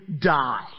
die